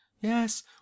Yes